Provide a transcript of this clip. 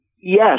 Yes